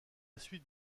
suite